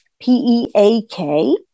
P-E-A-K